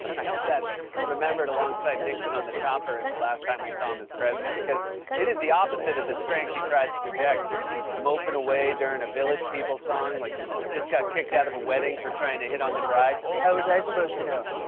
i hope that's remembered alongside nixon on the chopper as the last time we saw him as president because it is the opposite of the strength he tries to project, just moping away during a village people song like he just got kicked out of a wedding for trying to hit on the bride. how was i supposed to know?